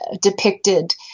depicted